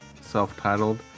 self-titled